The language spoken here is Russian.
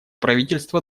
правительства